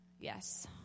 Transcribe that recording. yes